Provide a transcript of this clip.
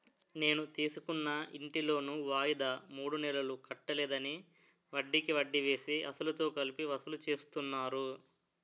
నేను తీసుకున్న ఇంటి లోను వాయిదా మూడు నెలలు కట్టలేదని, వడ్డికి వడ్డీ వేసి, అసలుతో కలిపి వసూలు చేస్తున్నారు